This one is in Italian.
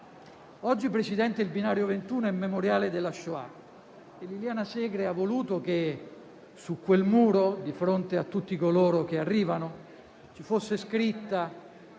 Presidente, oggi il Binario 21 è il memoriale della *shoah* e Liliana Segre ha voluto che su quel muro, di fronte a tutti coloro che arrivano, ci fosse scritta